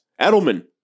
Edelman